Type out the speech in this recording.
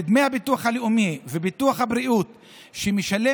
על דמי הביטוח הלאומי וביטוח הבריאות שמשלם